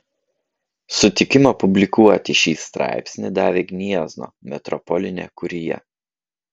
sutikimą publikuoti šį straipsnį davė gniezno metropolinė kurija